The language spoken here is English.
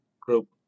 group